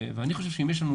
אני חושב שאם יש לנו